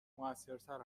موثرتر